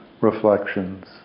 reflections